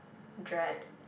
dread